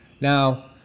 Now